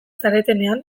zaretenean